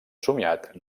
somiat